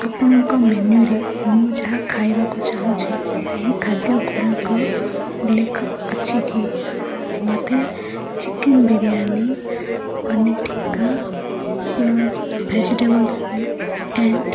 ଆପଣଙ୍କ ମେନ୍ୟୁରେ ମୁଁ ଯାହା ଖାଇବାକୁ ଚାହୁଁଛି ସେହି ଖାଦ୍ୟ ଗୁଡ଼ାକ ଉଲ୍ଲେଖ ଅଛି କି ମୋତେ chicken biryani paneer tikka plus vegetable soup and